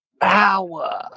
Power